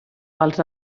pels